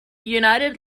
united